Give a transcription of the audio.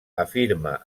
afirma